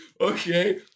Okay